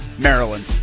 Maryland